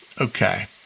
okay